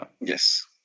Yes